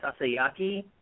Sasayaki